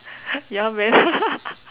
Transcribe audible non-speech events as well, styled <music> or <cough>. ya man <laughs>